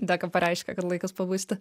deka pareiškė kad laikas pabusti